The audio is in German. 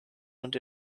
und